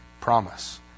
promise